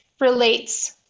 relates